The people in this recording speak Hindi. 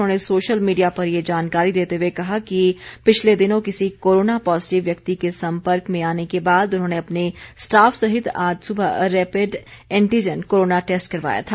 उन्होंने सोशल मीडिया पर ये जानकारी देते हए कहा है कि पिछले दिनों किसी कोरोना पॉजीटिव व्यक्ति के सम्पर्क में आने के बाद उन्होंने अपने स्टाफ सहित आज सुबह रैपिड एंटीजन कोरोना टैस्ट करवाया था